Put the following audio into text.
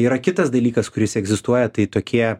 yra kitas dalykas kuris egzistuoja tai tokie